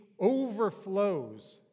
overflows